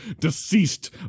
deceased